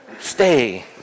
Stay